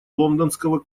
лондонского